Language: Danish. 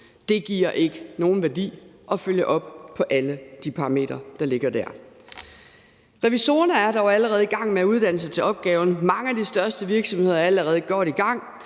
ikke giver nogen værdi at følge op på alle de parametre, der ligger der. Revisorerne er dog allerede i gang med at uddanne sig til opgaven, og mange af de største virksomheder er allerede godt i gang,